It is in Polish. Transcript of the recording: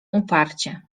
uparcie